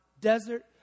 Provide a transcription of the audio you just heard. desert